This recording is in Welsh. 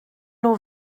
nhw